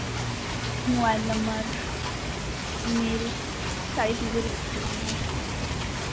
mobile number email सारी चीज़ें लगेंगी अपने को